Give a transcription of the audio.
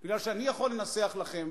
כי אני יכול לנסח לכם,